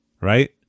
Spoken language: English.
right